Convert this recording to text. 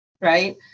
right